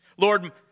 Lord